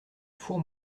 four